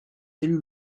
élus